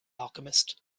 alchemist